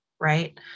Right